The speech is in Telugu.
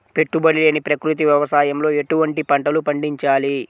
పెట్టుబడి లేని ప్రకృతి వ్యవసాయంలో ఎటువంటి పంటలు పండించాలి?